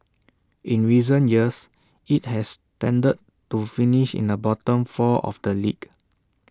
in recent years IT has tended to finish in the bottom four of the league